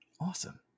Awesome